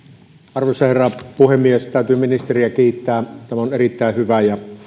arvoisa herra puhemies täytyy ministeriä kiittää tämä on erittäin hyvä ja